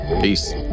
Peace